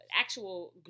actual